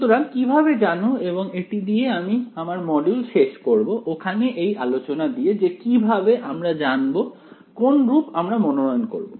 সুতরাং কিভাবে জানো এবং এটি দিয়ে আমি আমার মডিউল শেষ করবো ওখানে এই আলোচনা দিয়ে যে কিভাবে আমরা জানব কোন রূপ আমরা মনোনয়ন করব